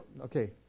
okay